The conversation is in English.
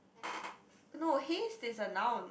no haste is a noun